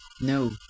No